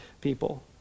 people